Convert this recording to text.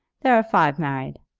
there are five married.